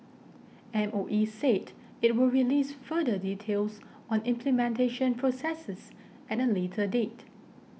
M O E said it will release further details on implementation processes at a later date